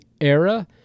era